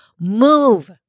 move